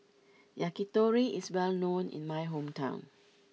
Yakitori is well known in my hometown